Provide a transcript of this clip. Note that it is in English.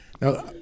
Now